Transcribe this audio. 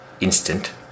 instant